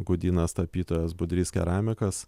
gudynas tapytojas budrys keramikas